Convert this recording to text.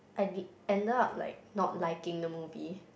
I did ended up like not liking the movie